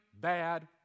bad